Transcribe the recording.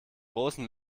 großen